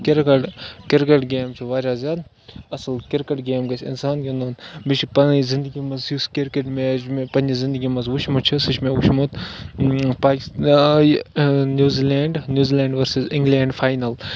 cricket cricket game چھُ واریاہ زیادٕ اَصٕل کِرکَٹ گیم گژھِ اِنسان گِنٛدُن مےٚ چھِ پَنٕنۍ زندگی منٛز یُس کِرکَٹ میچ مےٚ پنٛنہِ زندگی منٛز وٕچھمُت چھُ سُہ چھُ مےٚ وٕچھمُت پاکِس یہِ New Zealand New Zealand versus England final